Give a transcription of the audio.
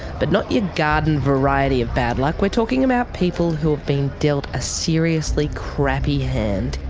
but not your garden variety of bad luck, we're talking about people who have been dealt a seriously crappy hand.